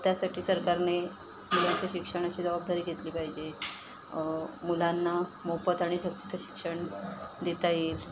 त्यासाठी सरकारने मुलांच्या शिक्षणाची जबाबदारी घेतली पाहिजे मुलांना मोफत आणि सक्तीचं शिक्षण देता येईल